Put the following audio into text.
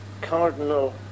Cardinal